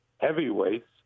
heavyweights